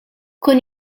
con